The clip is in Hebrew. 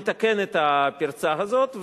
מתקן את הפרצה הזאת,